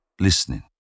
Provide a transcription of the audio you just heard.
listening